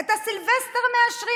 את הסילבסטר מאשרים.